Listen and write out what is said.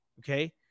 Okay